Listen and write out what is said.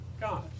God